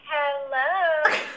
Hello